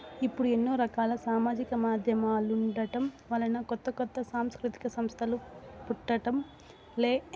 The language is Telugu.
ఇప్పుడు ఎన్నో రకాల సామాజిక మాధ్యమాలుండటం వలన కొత్త కొత్త సాంస్కృతిక సంస్థలు పుట్టడం లే